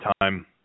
time